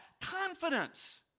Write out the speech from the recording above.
Confidence